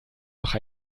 noch